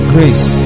Grace